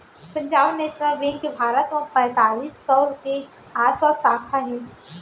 Punjab national bank के भारत म पैतालीस सौ के आसपास साखा हे